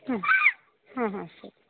ಹ್ಞೂ ಹಾಂ ಹಾಂ ಸರಿ